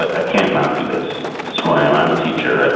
like i can't not do this. this is who i am. i'm a teacher. like